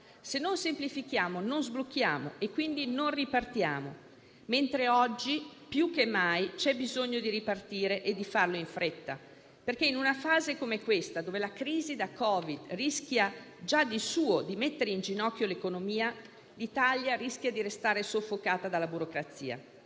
se non semplifichiamo, non sblocchiamo e quindi non ripartiamo, mentre oggi più che mai c'è bisogno di ripartire e di farlo in fretta, perché in una fase come quella attuale, in cui la crisi da Covid rischia già di suo di mettere in ginocchio l'economia, l'Italia rischia di restare soffocata dalla burocrazia.